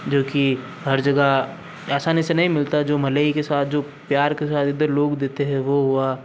जोकि हर जगह आसानी से नहीं मिलता जो मलई के साथ जो प्यार के साथ इधर लोग देते हैं वो हुआ